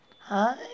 Hi